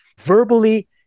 verbally